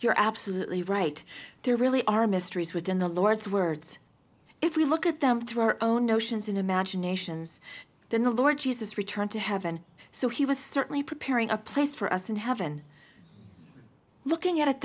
you're absolutely right there really are mysteries within the lord's words if we look at them through our own notions and imaginations then the lord jesus returned to heaven so he was certainly preparing a place for us in heaven looking at it